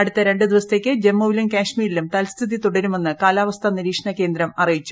അടുത്ത രണ്ട് ദിവസത്തേക്ക് ജമ്മുവിലും കൾമീരിലും തൽസ്ഥിതി തുടരുമെന്ന് കാലാവസ്ഥാ നിരീക്ഷണ കേന്ദ്രം അറിയിച്ചു